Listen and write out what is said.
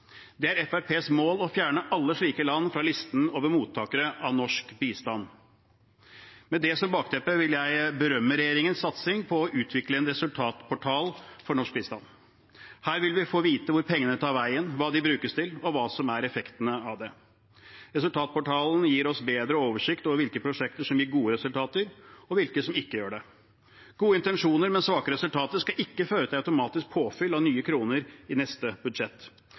Det er Fremskrittspartiets mål å fjerne alle slike land fra listen over mottakere av norsk bistand. Med det som bakteppe vil jeg berømme regjeringens satsing på å utvikle en resultatportal for norsk bistand. Her vil vi få vite hvor pengene tar veien, hva de brukes til, og hva som er effektene av det. Resultatportalen gir oss bedre oversikt over hvilke prosjekter som gir gode resultater, og hvilke som ikke gjør det. Gode intensjoner, men svake resultater skal ikke føre til automatisk påfyll av nye kroner i neste budsjett.